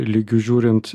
lygiu žiūrint